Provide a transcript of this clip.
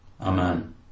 Amen